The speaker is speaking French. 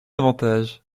davantage